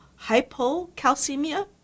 hypocalcemia